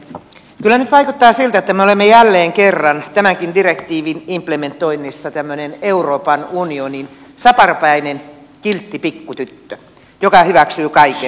kyllä nyt vaikuttaa siltä että me olemme jälleen kerran tämänkin direktiivin implementoinnissa tämmöinen euroopan unionin saparopäinen kiltti pikkutyttö joka hyväksyy kaiken